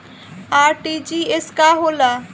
RTGS का होला?